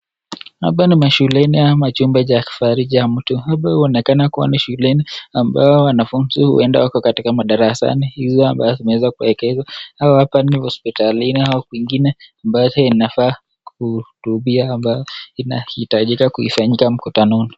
Hapa ni mashuleni ama chumba cha kifahari cha mtu ambacho huonekana kuwa ni shuleni, ambao wanafunzi huenda wako katika madarasani hizo ambazo zimeweza kuekezwa. Ama hapa ni hospitalini ama kwingine ambacho inafaa kuhutubiwa ambao inahitajika kuifanyika mkutanoni.